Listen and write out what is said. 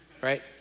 right